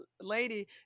lady